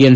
N